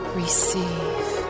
receive